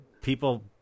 people